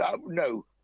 No